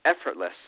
effortless